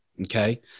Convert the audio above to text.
okay